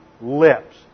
lips